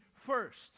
first